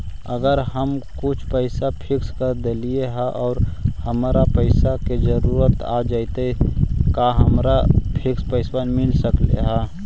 अगर हम कुछ पैसा फिक्स कर देली हे और हमरा पैसा के जरुरत आ जितै त का हमरा फिक्स पैसबा मिल सकले हे?